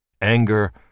anger